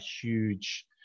huge